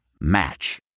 Match